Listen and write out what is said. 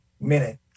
Minute